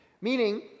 Meaning